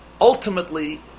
ultimately